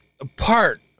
apart